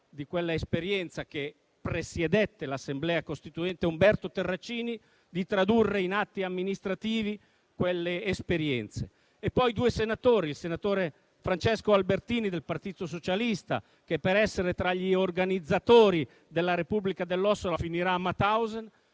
di quell'esperienza, che presiedette l'Assemblea costituente, Umberto Terracini, di tradurre in atti amministrativi quelle esperienze. Ricordo anche due senatori: il senatore Francesco Albertini del Partito Socialista, che per essere tra gli organizzatori della Repubblica dell'Ossola finirà a Mauthausen,